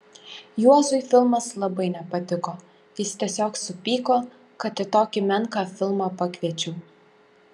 juozui filmas labai nepatiko jis tiesiog supyko kad į tokį menką filmą pakviečiau